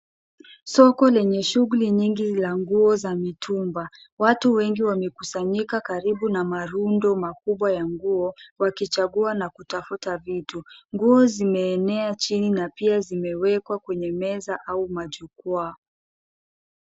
Soko lenye shughuli nyingi la nguo za mitumba. Watu wengi wamekusanyika karibu na marundo makubwa ya nguo wakichagua na kutafuta vitu. Nguo zimeenea chini na pia zimewekwa kwenye meza au majukwaa.